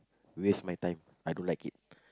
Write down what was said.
waste my time I don't like it